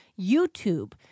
YouTube